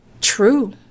true